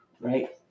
Right